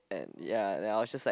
and ya and I was just like